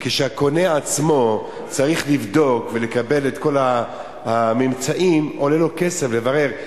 כשהקונה עצמו צריך לבדוק ולקבל את כל הממצאים עולה לו כסף לברר,